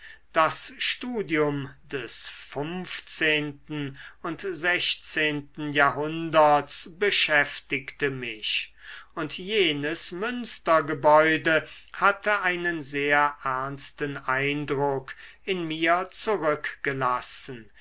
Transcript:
das studium des funfzehnten und sechzehnten jahrhunderts beschäftigte mich und jenes münstergebäude hatte einen sehr ernsten eindruck in mir zurückgelassen